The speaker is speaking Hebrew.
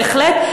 בהחלט,